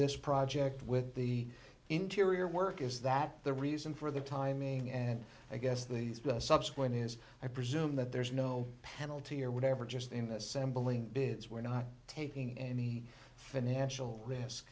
this project with the interior work is that the reason for the timing and i guess these bills subsequent is i presume that there's no penalty or whatever just in assembling bits we're not taking any financial risk